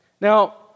Now